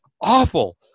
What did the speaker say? awful